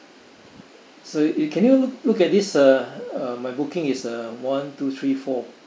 so you can you look at this uh uh my booking is uh one two three four